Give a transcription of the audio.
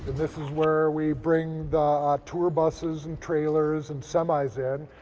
this is where we bring the tour buses and trailers and semis in.